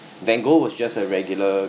van gogh was just a regular